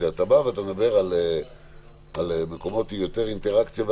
כשאתה מדבר על מקומות עם יותר אינטראקציה,